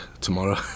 tomorrow